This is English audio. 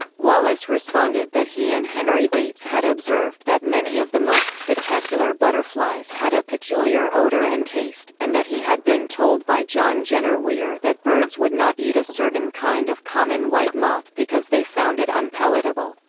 wallace responded that he and henry bates had observed that many of the most spectacular butterflies had a peculiar odour and taste, and that he had been told by john jenner weir that birds would not eat a certain kind of common white moth because they found it unpalatable.